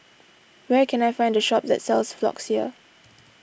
where can I find the shop that sells Floxia